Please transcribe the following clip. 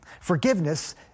Forgiveness